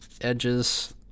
edges